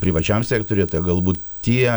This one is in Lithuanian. privačiam sektoriuje galbūt tie